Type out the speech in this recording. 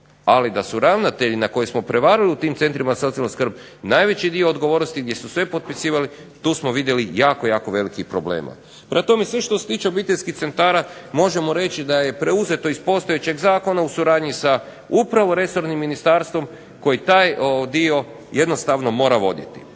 ali da su ravnatelji na koje smo prevalili u tim centrima za socijalnu skrb najveći dio odgovornosti gdje su sve potpisivali tu smo vidjeli jako, jako velikih problema. Prema tome, sve što se tiče obiteljskih centara možemo reći da je preuzeto iz postojećeg zakona u suradnji upravo sa resornim ministarstvom koji taj dio jednostavno mora voditi.